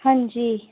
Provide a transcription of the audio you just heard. हांजी